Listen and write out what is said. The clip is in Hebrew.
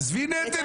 עזבי נטל.